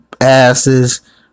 asses